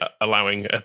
allowing